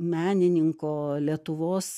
menininko lietuvos